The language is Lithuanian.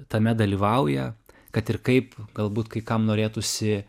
tame dalyvauja kad ir kaip galbūt kai kam norėtųsi